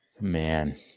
man